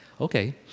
Okay